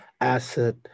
asset